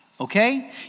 okay